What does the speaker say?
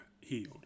healed